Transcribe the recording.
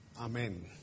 Amen